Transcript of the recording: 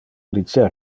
dicer